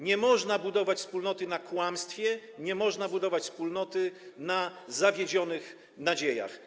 Nie można budować wspólnoty na kłamstwie, nie można budować wspólnoty na zawiedzionych nadziejach.